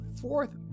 fourth